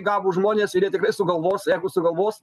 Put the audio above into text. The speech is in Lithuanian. gabūs žmonės ir jie tikrai sugalvos jeigu sugalvos